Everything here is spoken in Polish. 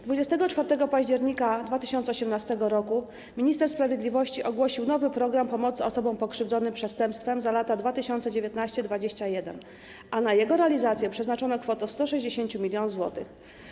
24 października 2018 r. minister sprawiedliwości ogłosił nowy „Program pomocy osobom pokrzywdzonym przestępstwem na lata 2019-2021”, a na jego realizację przeznaczono kwotę 160 mln zł.